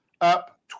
up